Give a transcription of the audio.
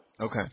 Okay